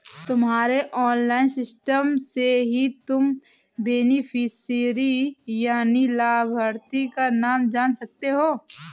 तुम्हारे online system से ही तुम बेनिफिशियरी यानि लाभार्थी का नाम जान सकते हो